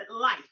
life